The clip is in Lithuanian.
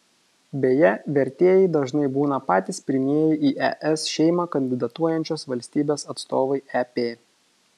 beje vertėjai dažnai būna patys pirmieji į es šeimą kandidatuojančios valstybės atstovai ep